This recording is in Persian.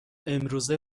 امروزه